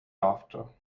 laughter